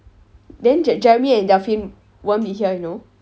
then jeremy and delphine won't be here you know